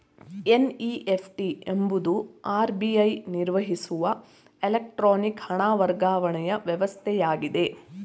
NEFT ಎಂಬುದು RBI ನಿರ್ವಹಿಸುವ electronic ಹಣ ವರ್ಗಾವಣೆಯ ವ್ಯವಸ್ಥೆಯಾಗಿದೆ